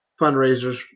fundraisers